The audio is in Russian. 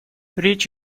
речь